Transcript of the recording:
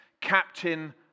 Captain